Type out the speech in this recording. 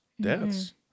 deaths